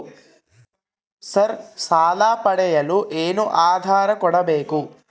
Sir ಸಾಲ ಪಡೆಯಲು ಏನು ಆಧಾರ ಕೋಡಬೇಕು?